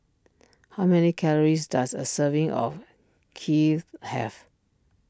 how many calories does a serving of Kheer have